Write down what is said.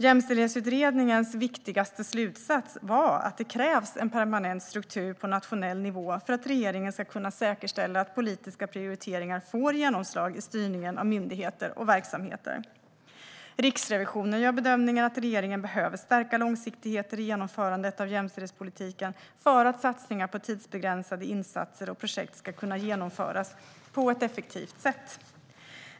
Jämställdhetsutredningens viktigaste slutsats var att det krävs en permanent struktur på nationell nivå för att regeringen ska kunna säkerställa att politiska prioriteringar får genomslag i styrningen av myndigheter och verksamheter. Riksrevisionen gör bedömningen att regeringen behöver stärka långsiktigheten i genomförandet av jämställdhetspolitiken för att satsningar på tidsbegränsade insatser och projekt ska kunna genomföras på ett effektivt sätt.